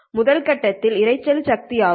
முதல் கட்டத்தின் இரைச்சல் சக்தி ஆகும்